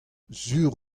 sur